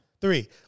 Three